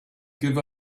give